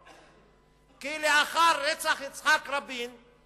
כי לאחר רצח יצחק רבין,